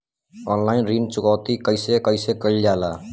Online ऋण चुकौती कइसे कइसे कइल जाला?